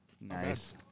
Nice